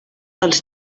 els